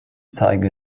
zeige